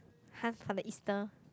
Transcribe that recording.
hunts for the easter